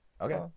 okay